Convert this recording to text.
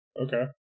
okay